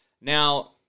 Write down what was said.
Now